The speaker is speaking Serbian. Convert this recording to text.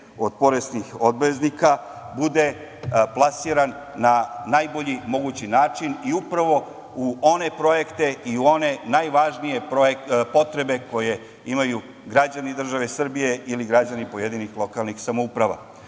od poreskih obveznika bude plasiran na najbolji mogući način i upravo u one projekte i u one najvažnije potrebe koje imaju građani države Srbije ili građani pojedinih lokalnih samouprava. Da